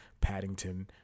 paddington